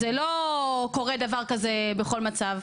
לא קורה דבר כזה בכל מצב.